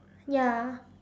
ya